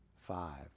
five